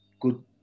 good